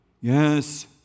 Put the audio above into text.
Yes